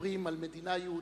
מדברים על מדינה יהודית,